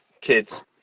Kids